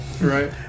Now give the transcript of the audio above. Right